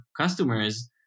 customers